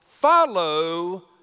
Follow